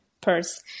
purse